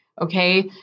okay